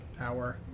hour